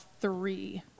three